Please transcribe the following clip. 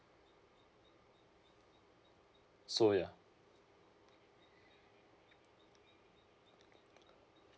so ya